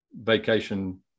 vacation